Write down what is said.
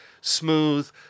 smooth